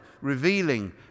revealing